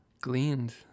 gleaned